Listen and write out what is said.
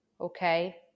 okay